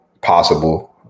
possible